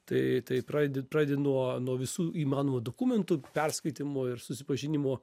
tai tai pradedi pradedi nuo nuo visų įmanomų dokumentų perskaitymo ir susipažinimo